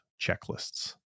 checklists